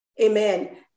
amen